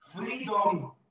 freedom